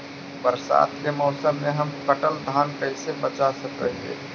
बरसात के मौसम में हम कटल धान कैसे बचा सक हिय?